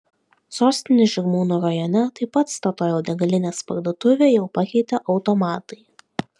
sostinės žirmūnų rajone taip pat statoil degalinės parduotuvę jau pakeitė automatai